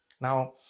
Now